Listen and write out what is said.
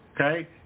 Okay